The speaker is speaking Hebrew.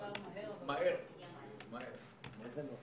אם אפשר לאפשר לנו.